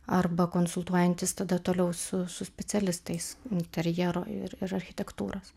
arba konsultuojantis tada toliau su su specialistais interjero ir ir architektūros